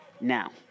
Now